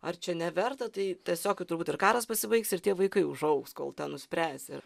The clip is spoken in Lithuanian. ar čia neverta tai tiesiog jau turbūt ir karas pasibaigs ir tie vaikai užaugs kol ten nuspręsi